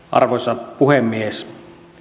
arvoisa puhemies